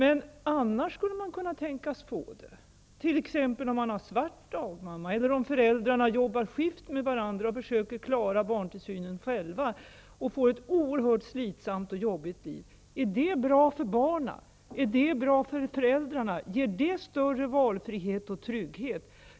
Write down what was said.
Bidraget skulle dock kunna erhållas under andra omständigheter, t.ex. om man har dagmamma svart eller om föräldrarna arbetar i skift med varandra och försöker klara barntillsynen själva, något som gör att man får ett oerhört slitsamt liv. Är det bra för barnen? Är det bra för föräldrarna? Ger det större valfrihet och trygghet?